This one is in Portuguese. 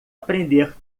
aprender